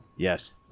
Yes